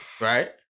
right